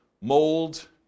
mold